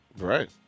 Right